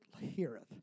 heareth